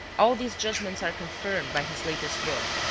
all these judgments are confirmed by his latest book,